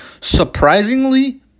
surprisingly